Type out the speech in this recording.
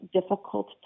difficult